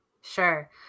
Sure